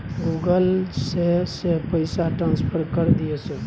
Google से से पैसा ट्रांसफर कर दिय सर?